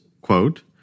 quote